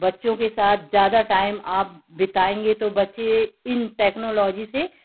बच्चों के साथ ज़्यादा टाइम आप बिताएँगे तो बच्चे इन टेक्नोलॉजी से